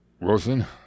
Wilson